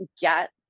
get